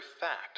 fact